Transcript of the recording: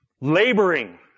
Laboring